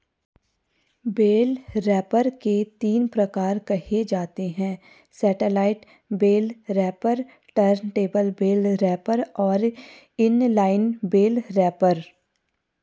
bell wrapper के तीन प्रकार कहे जाते हैं satellite bale wrapper, turntable bale wrapper और इन लाइन बेल रैपर